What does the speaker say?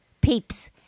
Peeps